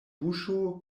buŝo